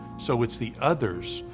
so it's the others,